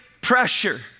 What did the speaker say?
pressure